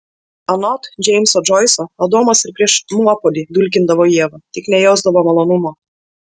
anot džeimso džoiso adomas ir prieš nuopuolį dulkindavo ievą tik nejausdavo malonumo